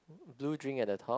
blue drink at the top